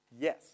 yes